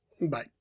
Bye